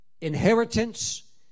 inheritance